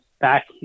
back